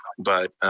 but